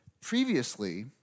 previously